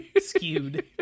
skewed